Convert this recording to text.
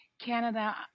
Canada